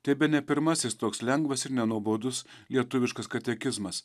tai bene pirmasis toks lengvas ir nenuobodus lietuviškas katekizmas